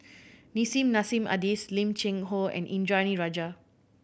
Nissim Nassim Adis Lim Cheng Hoe and Indranee Rajah